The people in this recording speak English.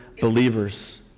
believers